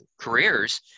careers